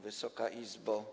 Wysoka Izbo!